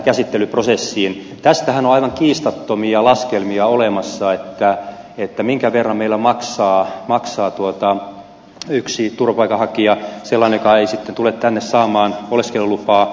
tästähän on aivan kiistattomia laskelmia olemassa minkä verran meillä maksaa vuorokausi yhtä turvapaikanhakijaa kohti sellaista joka ei tule sitten tänne saamaan oleskelulupaa